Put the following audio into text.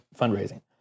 fundraising